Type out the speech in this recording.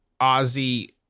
Ozzy